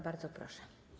Bardzo proszę.